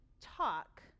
talk